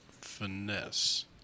finesse